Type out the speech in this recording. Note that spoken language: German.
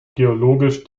geologisch